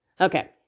Okay